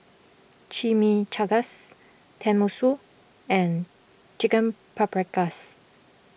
Chimichangas Tenmusu and Chicken Paprikas